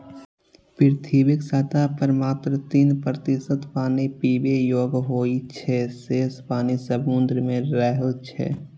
पृथ्वीक सतह पर मात्र तीन प्रतिशत पानि पीबै योग्य होइ छै, शेष पानि समुद्र मे रहै छै